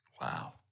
Wow